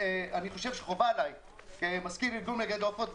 ואני חושב שחובה עליי כמזכיר ארגון מגדלי עופות.